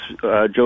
Joe